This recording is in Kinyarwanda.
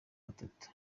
batatu